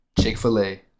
Chick-fil-A